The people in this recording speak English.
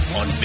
on